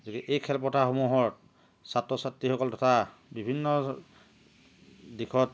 গতিকে এই খেলপথাসমূহত ছাত্ৰ ছাত্ৰীসকল তথা বিভিন্ন দিশত